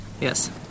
Yes